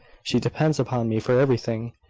she depends upon me for everything,